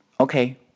Okay